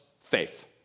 faith